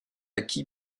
acquis